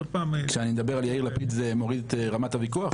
כשאני מדבר על יאיר לפיד זה מוריד את רמת הוויכוח?